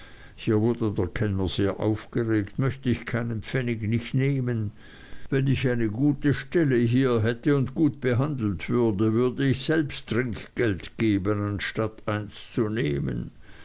hier wurde der kellner sehr aufgeregt möchte ich keinen pfennig nicht nehmen wenn ich eine gute stelle hätte hier und gut behandelt würde würde ich selbst trinkgeld geben anstatt eins zu nehmen